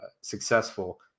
successful